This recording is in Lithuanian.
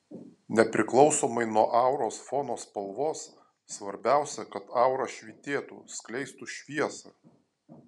nepriklausomai nuo auros fono spalvos svarbiausia kad aura švytėtų skleistų šviesą